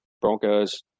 Broncos